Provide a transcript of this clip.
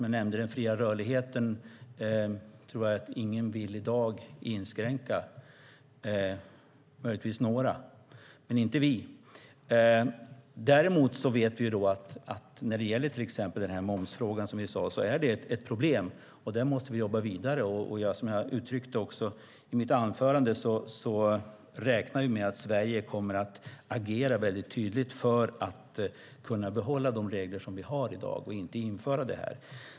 Jag nämnde den fria rörligheten, och jag tror inte att någon i dag vill inskränka den - möjligtvis några, men inte vi. Däremot vet vi att till exempel denna momsfråga är ett problem. Där måste vi jobba vidare. Som jag uttryckte i mitt anförande räknar vi med att Sverige kommer att agera mycket tydligt för att kunna behålla de regler som vi har i dag och inte införa detta.